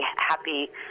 happy